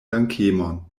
dankemon